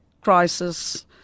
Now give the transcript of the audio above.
crisis